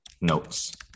notes